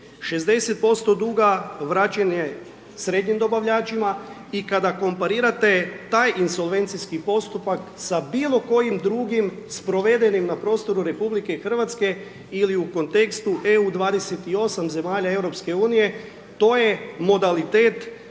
60% duga vraćen je srednjim dobavljačima i kada komparirate taj indolencijski postupa,, sa bilo kojim drugim, s provedenim na prostoru RH ili u kontekstu EU 28 zemalja EU, to je modalitet